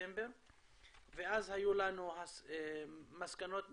בספטמבר ואז היו לנו מסקנות מסוימות,